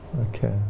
Okay